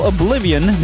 Oblivion